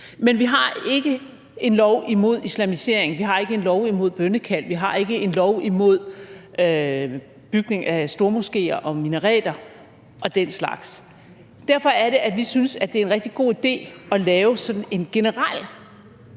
Men vi har ikke en lov imod islamisering, vi har ikke en lov imod bønnekald, vi har ikke en lov imod bygning af stormoskéer og minareter og den slags. Derfor er det, at vi synes, at det er en rigtig god idé at lave sådan en generel